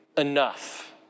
Enough